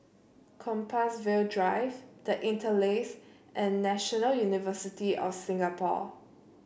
Compassvale Drive The Interlace and National University of Singapore